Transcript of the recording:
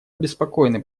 обеспокоены